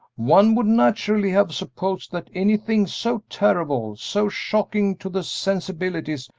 one would naturally have supposed that anything so terrible, so shocking to the sensibilities,